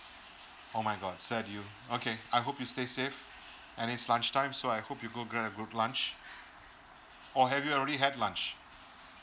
oh my god sad you okay I hope you stay safe and it's lunch time so I hope you go grab a good lunch or have you already had lunch